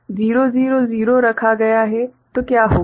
तो जब 000 रखा गया है तो क्या होगा